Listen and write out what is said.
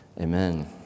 Amen